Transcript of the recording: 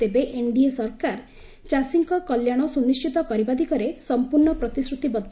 ତେବେ ଏନ୍ଡିଏ ସରକାର ଚାଷୀଙ୍କ କଲ୍ୟାଣ ସୁନିର୍ଣ୍ଣିତ କରିବା ଦିଗରେ ସମ୍ପର୍ଷ ପ୍ରତିଶ୍ରତିବଦ୍ଧ